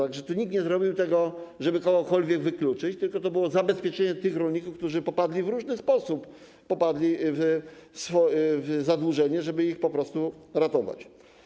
Tak że tu nikt nie zrobił tego, żeby kogokolwiek wykluczyć, tylko to było zabezpieczenie tych rolników, którzy popadli w różny sposób w zadłużenie, żeby ich po prostu ratować.